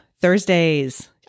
Thursdays